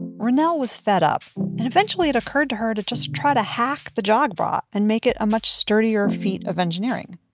rinelle was fed up and eventually it occurred to her to just try to hack the jog bra and make it a much sturdier feat of engineering.